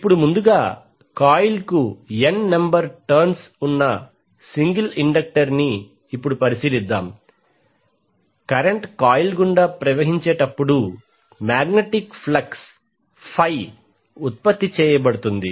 ఇప్పుడు ముందుగా కాయిల్కు N నంబర్ టర్న్స్ ఉన్న సింగిల్ ఇండక్టర్ని ఇప్పుడు పరిశీలిద్దాం కరెంట్ కాయిల్ గుండా ప్రవహించేటప్పుడు మాగ్నెటిక్ ఫ్లక్స్ ఫై ఉత్పత్తి చేయబడుతుంది